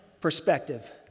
perspective